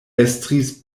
estris